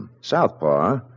southpaw